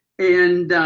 and,